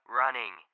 running